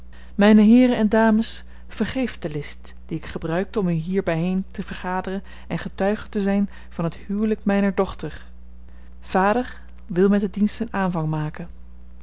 mijne heeren en dames vergeeft de list die ik gebruikte om u hier bijeen te vergaderen en getuigen te zijn van het huwelijk mijner dochter vader wil met den dienst een aanvang maken